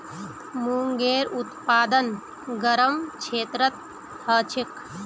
मूंगेर उत्पादन गरम क्षेत्रत ह छेक